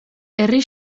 herri